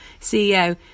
CEO